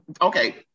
okay